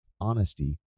honesty